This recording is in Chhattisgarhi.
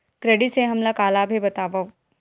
क्रेडिट से हमला का लाभ हे बतावव?